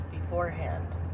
beforehand